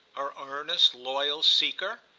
her earnest loyal seeker?